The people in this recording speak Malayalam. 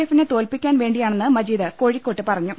എഫിനെ തോൽപ്പിക്കാൻ വേണ്ടി യാണെന്ന് മജീദ് കോഴിക്കോട്ട് പറഞ്ഞു